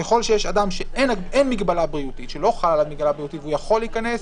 ככל שיש אדם שאין מגבלה בריאותית והוא יכול להיכנס,